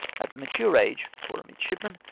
at the mature age, for a midshipman,